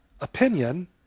opinion